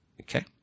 Okay